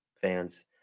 fans